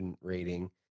rating